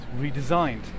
redesigned